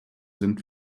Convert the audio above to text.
sind